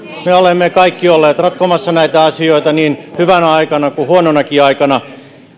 me olemme kaikki olleet ratkomassa näitä asioita niin hyvänä aikana kuin huononakin aikana